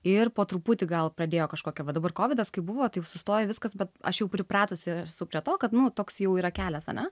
ir po truputį gal pradėjo kažkokią va dabar kovidas kai buvo taip sustoja viskas bet aš jau pripratusi supratau kad nu toks jau yra kelias ane